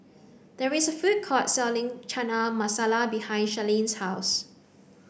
there is a food court selling Chana Masala behind Sharlene's house